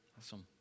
Awesome